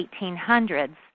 1800s